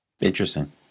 Interesting